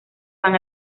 van